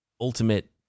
ultimate